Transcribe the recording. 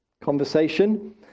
conversation